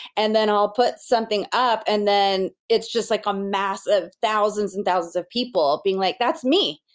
and then i'll put something up and then it's just like a massive, thousands and thousands of people being like, that's me.